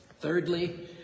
Thirdly